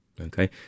Okay